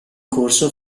corso